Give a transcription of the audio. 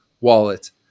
wallet